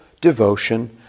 devotion